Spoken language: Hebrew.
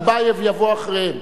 וטיבייב יבוא אחריהם.